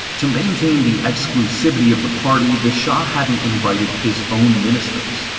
to maintain the exclusivity of the party, the shah hadn't invited his own ministers.